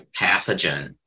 pathogen